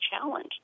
challenge